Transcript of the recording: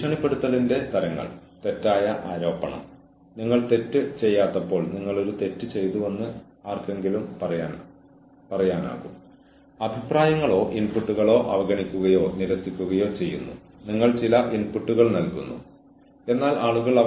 ജോലിക്കാരന് അവളിൽ നിന്നോ അവനിൽ നിന്നോ പ്രതീക്ഷിക്കുന്നത് ചെയ്യുന്ന സമയത്ത് ജീവനക്കാരന് കുറച്ച് പിന്തുണ ആവശ്യമുണ്ടെങ്കിൽ എങ്ങനെയാണ് ജീവനക്കാരന് നിങ്ങളിലേക്ക് എത്തിച്ചേരാൻ കഴിയുക